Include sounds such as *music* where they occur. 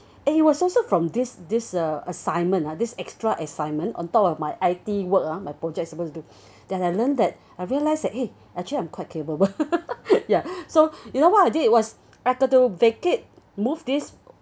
eh it was also from this this uh assignment ah this extra assignment on top of my I_T work ah my projects that I supposed to do that then I learned that I realized that eh actually I'm quite capable *laughs* ya so *breath* you know what I did was I got to vacate move this